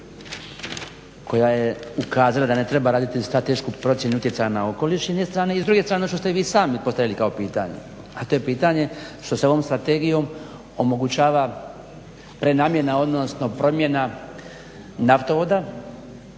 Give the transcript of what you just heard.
koja je ukazala da ne treba raditi stratešku procjenu utjecaja na okoliš s jedne strane. I s druge strane ono što ste vi sami postavili kao pitanje, a to je pitanje što se ovom strategijom omogućava prenamjena, odnosno promjena naftovoda